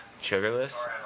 sugarless